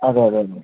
അതെ അതെ അതെ അതെ